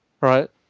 right